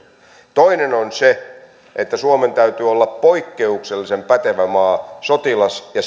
toinen on se että suomen täytyy olla poikkeuksellisen pätevä maa sotilas ja